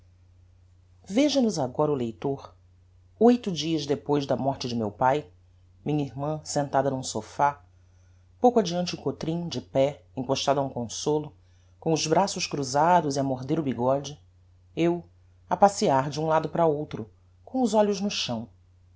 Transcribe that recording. a herança veja nos agora o leitor oito dias depois da morte de meu pae minha irmã sentada n'um sophá pouco adiante o cotrim de pé encostado a um consolo com os braços cruzados e a morder o bigode eu a passeiar de um lado para outro com os olhos no chão